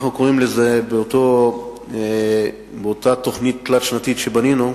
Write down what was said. אנחנו קוראים לזה באותה תוכנית תלת-שנתית שבנינו,